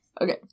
Okay